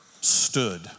stood